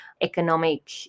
economic